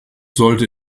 sollte